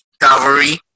Cavalry